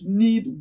need